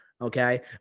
okay